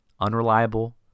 unreliable